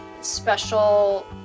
special